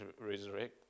resurrect